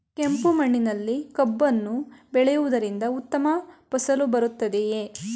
ಕೆಂಪು ಮಣ್ಣಿನಲ್ಲಿ ಕಬ್ಬನ್ನು ಬೆಳೆಯವುದರಿಂದ ಉತ್ತಮ ಫಸಲು ಬರುತ್ತದೆಯೇ?